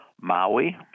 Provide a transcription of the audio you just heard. Maui